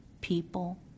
people